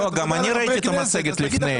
גם אני ראיתי את המצגת לפני,